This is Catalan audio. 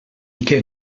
què